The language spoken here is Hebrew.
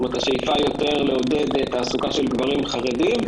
כלומר השאיפה היא יותר לעודד תעסוקה של גברים חרדים.